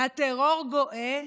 הטרור גואה,